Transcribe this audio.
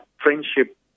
friendship